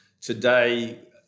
today